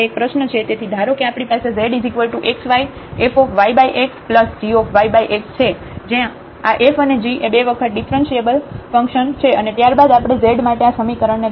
તેથી ધારો કે આપણી પાસે zxy fyxgyx છે જ્યાં આ f અને g એ 2 વખત ડિફ્રન્સિએબલ ફંક્શન છે અને ત્યાર બાદ આપણે z માટે આ સમીકરણને ગણશું